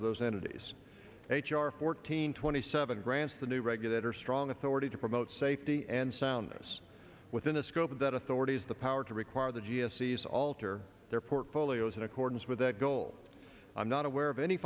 of those entities h r fourteen twenty seven grants the new regulator strong authority to promote safety and soundness within the scope of that authorities the power to require the g s e's alter their portfolios in accordance with that goal i'm not aware of any